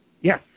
Yes